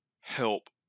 help